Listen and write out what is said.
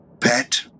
Pet